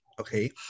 okay